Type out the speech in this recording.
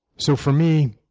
so for me,